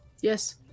yes